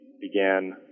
began